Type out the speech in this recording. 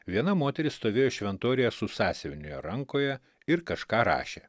viena moteris stovėjo šventoriuje su sąsiuviniu rankoje ir kažką rašė